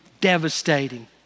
devastating